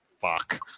fuck